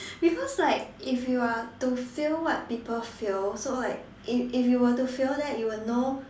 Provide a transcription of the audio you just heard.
because like if you are to feel what people feel so like if if you were to feel that you would know